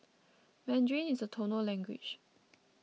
mandarin is a tonal language